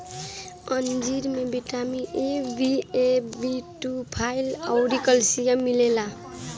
अंजीर में vitamin A, B one, B two, fibre अउरी कैल्शियम मिलेला